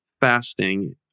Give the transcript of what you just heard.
fasting